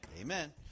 Amen